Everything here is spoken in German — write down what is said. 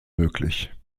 möglich